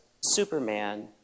Superman